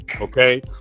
Okay